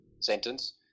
sentence